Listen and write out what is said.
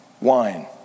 wine